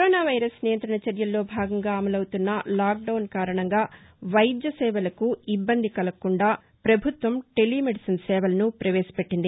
corona virus నియంతణచర్యల్లో భాగంగా అమలవుతున్న లాక్డౌన్ కారణంగా వైద్య సేపలకు ఇబ్బంది కలుగకుండా పభుత్వం టెలీమెడిసిన్ సేవలను పవేశ పెట్టింది